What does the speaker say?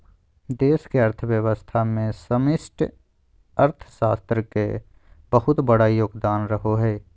देश के अर्थव्यवस्था मे समष्टि अर्थशास्त्र के बहुत बड़ा योगदान रहो हय